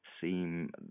seem